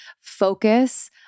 focus